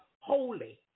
holy